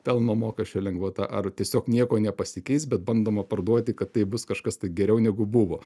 pelno mokesčio lengvata ar tiesiog nieko nepasikeis bet bandoma parduoti kad tai bus kažkas tai geriau negu buvo